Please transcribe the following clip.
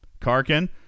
Karkin